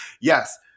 yes-